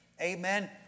amen